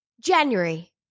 January